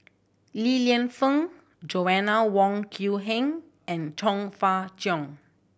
Li Lienfung Joanna Wong Quee Heng and Chong Fah Cheong